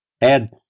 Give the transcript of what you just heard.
add